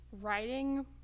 writing